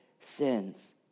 sins